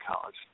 college